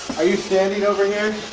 standing over here.